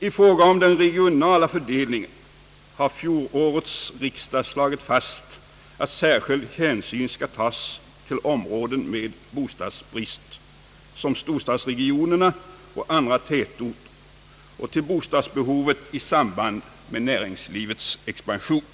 I fråga om den regionala fördelningen har fjolårets riksdag slagit fast att särskild hänsyn skall tas till områden med bostadsbrist — som storstadsregionerna och andra tätorter — och till bostadsbehovet i samband med näringslivets expansion.